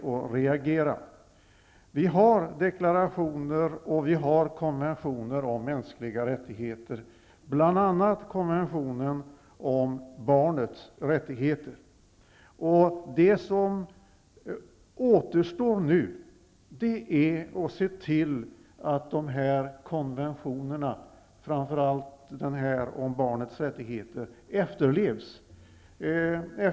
Det finns ju deklarationer och konventioner om mänskliga rättigheter, t.ex. konventionen om barnets rättigheter. Vad som nu återstår att göra är att se till att dessa konventioner, framför allt den om barnets rättigheter, efterlevs.